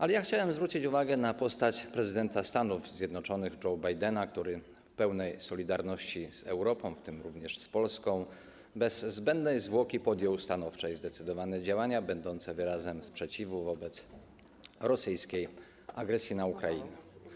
Ale chciałem zwrócić uwagę na postać prezydenta Stanów Zjednoczonych Joe Bidena, który w pełnej solidarności z Europą, w tym z Polską, bez zbędnej zwłoki podjął stanowcze i zdecydowane działania będące wyrazem sprzeciwu wobec rosyjskiej agresji na Ukrainę.